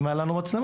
אם היו לנו מצלמות,